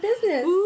business